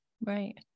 Right